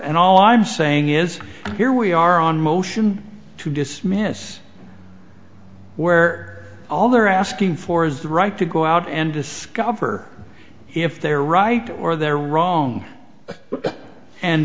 and all i'm saying is here we are on motion to dismiss where all they're asking for is the right to go out and discover if they're right or they're wrong and